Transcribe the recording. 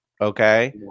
Okay